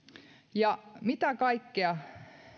ja mitä kaikkea